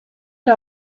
era